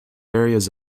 areas